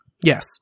Yes